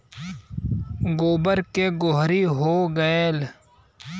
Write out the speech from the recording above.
गोबर के गोहरी हो गएल